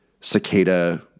cicada